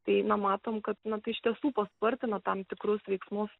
tai na matom kad na tai iš tiesų paspartino tam tikrus veiksmus